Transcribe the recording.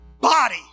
body